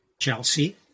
Chelsea